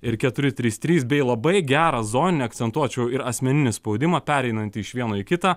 ir keturi trys trys bei labai gerą zoninę akcentuočiau ir asmeninį spaudimą pereinant iš vieno į kitą